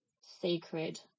sacred